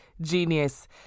genius